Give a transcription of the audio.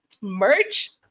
merch